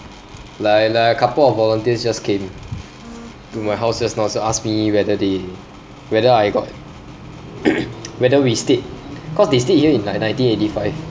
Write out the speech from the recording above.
like like a couple of volunteers just came to my house just now to ask me whether they whether I got whether we stayed cause they stayed here in like nineteen eighty five